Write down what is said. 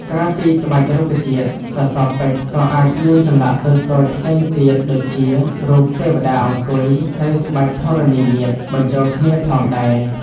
ក្រៅពីក្បាច់រុក្ខជាតិ សសរពេជ្រក៏អាចមានចម្លាក់តូចៗផ្សេងទៀតដូចជា រូបទេវតាអង្គុយ ឬក្បាច់ធរណីមាត្រ បញ្ចូលគ្នាផងដែរ។